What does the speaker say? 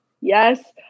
Yes